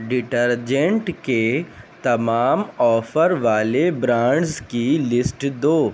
detergent کے تمام offer والے برانڈز کی لسٹ دو